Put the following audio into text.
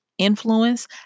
influence